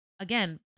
again